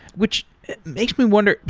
which makes me wonder.